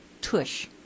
tush